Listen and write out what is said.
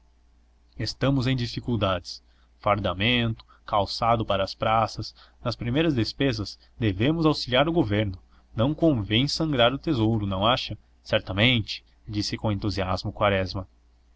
estamos em dificuldades fardamento calçado para as praças nas primeiras despesas devemos auxiliar o governo não convém sangrar o tesouro não acha certamente disse com entusiasmo quaresma